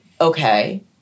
okay